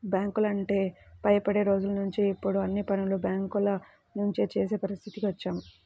బ్యాంకులంటే భయపడే రోజులనుంచి ఇప్పుడు అన్ని పనులు బ్యేంకుల నుంచే చేసే పరిస్థితికి వచ్చాం